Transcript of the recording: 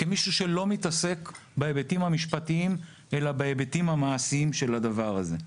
כמי שלא מתעסק בהיבטים המשפטיים אלא בהיבטים המעשיים של זה.